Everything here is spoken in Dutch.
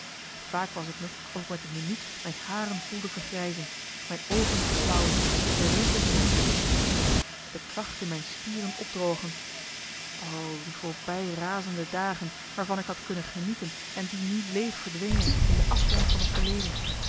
vaak was t me of ik met de minuut mijn haren voelde vergrijzen mijn oogen verflauwen de rimpels in mijn gezicht verdiepen de kracht in mijn spieren opdrogen o die voorbij razende dagen waarvan ik had kunnen genieten en die nu leeg verdwenen in de afgrond van het verleden